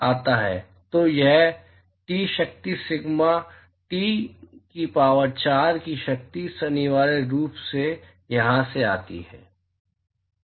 तो यह टी शक्ति सिग्मा टी से 4 की शक्ति अनिवार्य रूप से यहाँ से आती है